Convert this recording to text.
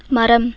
மரம்